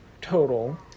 total